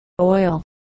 oil